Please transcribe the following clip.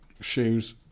Shoes